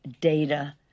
data